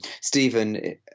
Stephen